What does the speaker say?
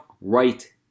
right